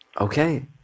Okay